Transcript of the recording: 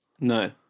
No